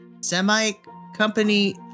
semi-company